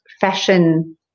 fashion